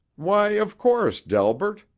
why of course, delbert,